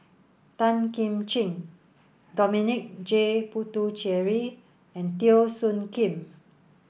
Tan Kim Ching Dominic J Puthucheary and Teo Soon Kim